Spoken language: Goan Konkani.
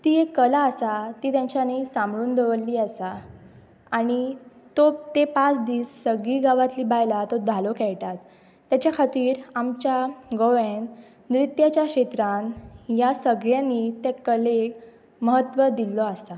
ती एक कला आसा ती तेंच्यांनी सांबळून दवरली आसा आनी तो ते पांच दीस सगळीं गांवांतली बायलां तो धालो खेळटात तेच्या खातीर आमच्या गोव्यान नृत्याच्या क्षेत्रान ह्या सगळ्यांनी ते कलेक म्हत्व दिल्लो आसा